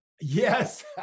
Yes